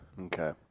Okay